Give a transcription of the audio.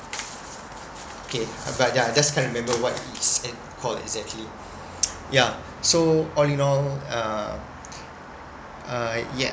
okay but yeah just can't remember what it's ac~ called it's actually yeah so all in all uh uh yeah